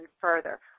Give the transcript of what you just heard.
further